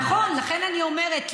נכון, לכן אני אומרת.